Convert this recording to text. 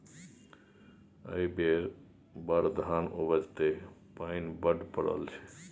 एहि बेर बड़ धान उपजतै पानि बड्ड पड़ल छै